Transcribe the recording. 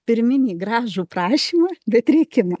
pirminį gražų prašymą bet rėkimą